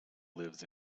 lives